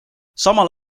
samal